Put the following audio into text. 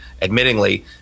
admittingly